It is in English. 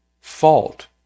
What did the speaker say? fault